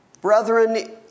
Brethren